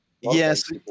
Yes